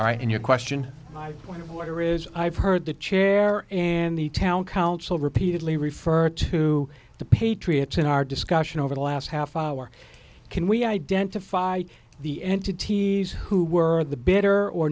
right in your question my point of order is i've heard the chair and the town council repeatedly refer to the patriots in our discussion over the last half hour can we identify the entities who were the better or